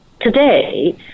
today